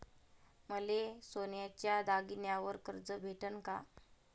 मले सोन्याच्या दागिन्यावर कर्ज भेटन का?